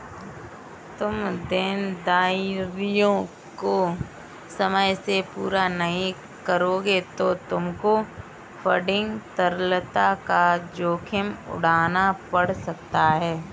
तुम देनदारियों को समय से पूरा नहीं करोगे तो तुमको फंडिंग तरलता का जोखिम उठाना पड़ सकता है